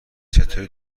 چطوری